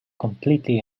completely